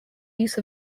use